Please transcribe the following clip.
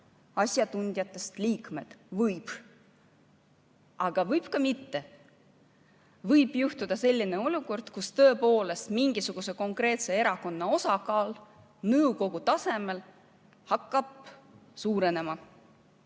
asjatundjatest liikmed. Võib, aga võib ka mitte. Võib juhtuda selline olukord, kus tõepoolest mingisuguse konkreetse erakonna osakaal nõukogu tasemel hakkab suurenema.